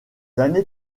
années